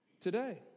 today